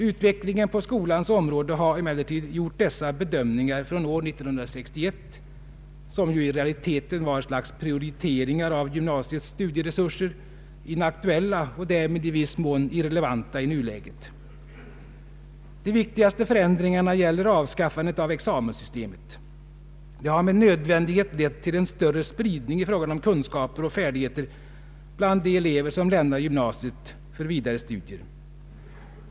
Utvecklingen på skolans område har emellertid gjort dessa bedömningar från år 1961, som ju i realiteten var ett slags prioritering av gymnasiets studieresurser, inaktuella och därmed i viss mån irrelevanta i nuläget. De viktigaste förändringarna gäller avskaffandet av examenssystemet. Det har med nödvändighet lett till en större spridning i fråga om kunskaper och färdigheter bland de elever som lämnar gymnasiet för vidare studier.